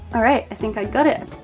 all right. i think i got it.